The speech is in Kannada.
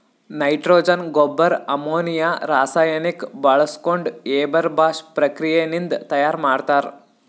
ನೈಟ್ರೊಜನ್ ಗೊಬ್ಬರ್ ಅಮೋನಿಯಾ ರಾಸಾಯನಿಕ್ ಬಾಳ್ಸ್ಕೊಂಡ್ ಹೇಬರ್ ಬಾಷ್ ಪ್ರಕ್ರಿಯೆ ನಿಂದ್ ತಯಾರ್ ಮಾಡ್ತರ್